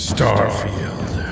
Starfield